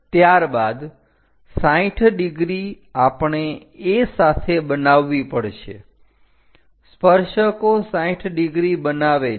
ત્યારબાદ 60 ડિગ્રી આપણે A સાથે બનાવવી પડશે સ્પર્શકો 60 ડિગ્રી બનાવે છે